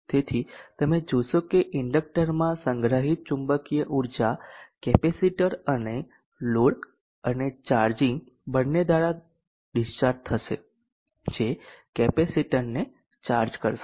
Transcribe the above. તેથી તમે જોશો કે ઇન્ડક્ટરમાં સંગ્રહિત ચુંબકીય ચાર્જ કેપેસિટર અને લોડ અને ચાર્જિંગ બંને દ્વારા ડીસ્ચાર્જ થશે જે કેપેસિટરને ચાર્જ કરશે